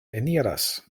eniras